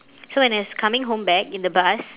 so when as coming home back in the bus